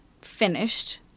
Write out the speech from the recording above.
finished